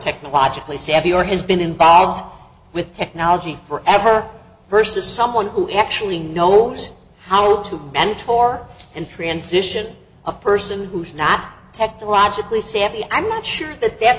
technologically savvy or has been involved with technology for ever versus someone who actually knows how to bend or and transition a person who's not technologically savvy i'm not sure that that